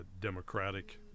democratic